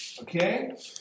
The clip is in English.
okay